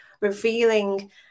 revealing